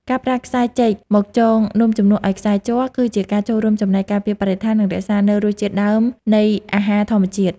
ការប្រើខ្សែចេកមកចងនំជំនួសឱ្យខ្សែជ័រគឺជាការចូលរួមចំណែកការពារបរិស្ថាន និង រក្សានូវរសជាតិដើមនៃអាហារធម្មជាតិ។